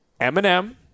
Eminem